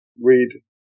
read